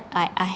I I